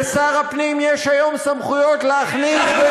לשר הפנים יש היום סמכויות להכניס ולא להכניס למדינת ישראל,